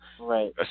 right